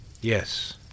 Yes